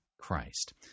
Christ